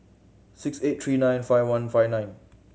six eight three nine five one five nine